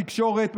בתקשורת,